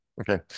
Okay